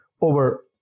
over